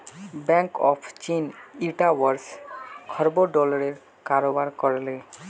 bank of चीन ईटा वर्ष खरबों डॉलरेर कारोबार कर ले